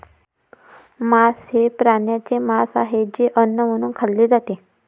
मांस हे प्राण्यांचे मांस आहे जे अन्न म्हणून खाल्ले जाते